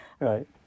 Right